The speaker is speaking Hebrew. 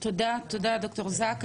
תודה, ד"ר זק.